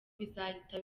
bizahita